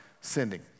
sending